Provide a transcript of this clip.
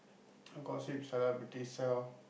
know gossip celebrity sell